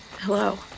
hello